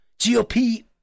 GOP